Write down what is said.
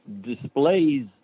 displays